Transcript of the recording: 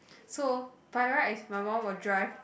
so by right is my mum will drive